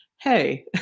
hey